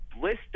list